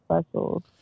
specials